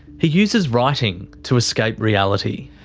he uses writing to escape reality.